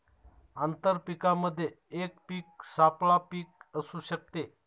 आंतर पीकामध्ये एक पीक सापळा पीक असू शकते